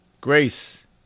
Grace